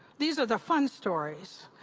these are the fun stories,